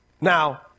Now